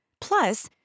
Plus